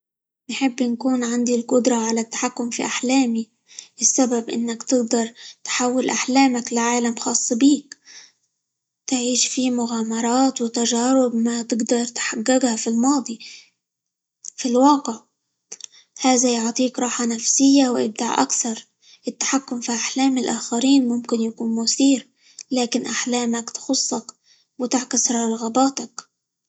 نحب نكون عندي القدرة على التحكم في أحلامي؛ السبب إنك تقدر تحول أحلامك لعالم خاص بيك، تعيش فيه مغامرات، وتجارب ما تقدر تحققها -في الماضي- في الواقع، هذا يعطيك راحة نفسية، وإبداع، التحكم في أحلام الآخرين ممكن يكون مثير، لكن أحلامك تخصك، وتعكس على رغباتك.